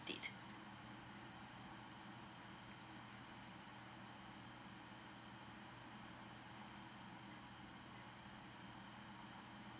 date